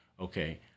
Okay